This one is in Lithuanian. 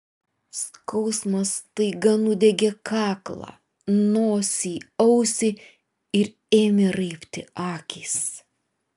skausmas staiga nudiegė kaklą nosį ausį ir ėmė raibti akys